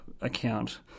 account